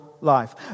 life